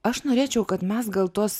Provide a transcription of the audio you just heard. aš norėčiau kad mes gal tuos